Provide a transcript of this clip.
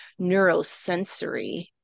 neurosensory